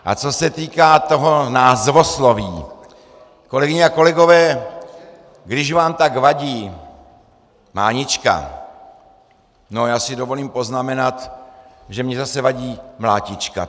A co se týká toho názvosloví, kolegyně a kolegové, když vám tak vadí mánička, no já si dovolím poznamenat, že mě zase vadí mlátička.